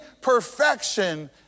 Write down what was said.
perfection